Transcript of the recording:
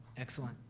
excellent.